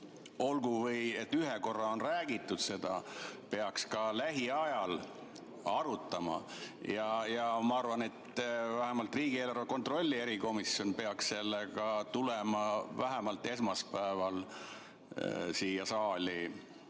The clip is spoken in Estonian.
olgugi et ühe korra on räägitud, peaks seda ka lähiajal arutama. Ja ma arvan, et vähemalt riigieelarve kontrolli erikomisjon peaks sellega tulema hiljemalt esmaspäeval siia saali.